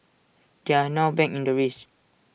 they are now back in the race